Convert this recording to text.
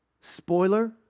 Spoiler